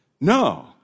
No